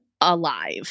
alive